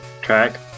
track